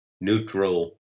neutral